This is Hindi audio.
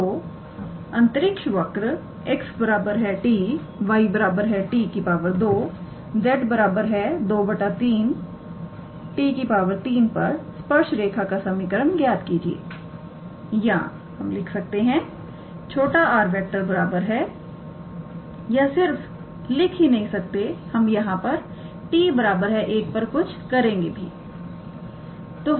तो अंतरिक्ष वक्र 𝑥 𝑡 𝑦 𝑡 2 𝑧 2 3 𝑡 3 पर स्पर्श रेखा का समीकरण ज्ञात कीजिए या हम लिख सकते हैं 𝑟⃗ बराबर है या सिर्फ लिख ही नहीं सकते हम यहां पर t1 पर कुछ करेंगे भी